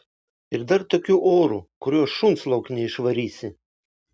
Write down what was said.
ir dar tokiu oru kuriuo šuns lauk neišvarysi